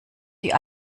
die